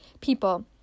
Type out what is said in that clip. people